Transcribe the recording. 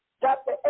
chapter